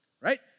right